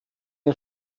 den